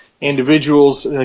individuals